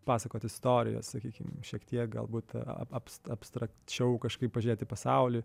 pasakoti istorijas sakykim šiek tiek galbūt aps abstrakčiau kažkaip pažėt į pasaulį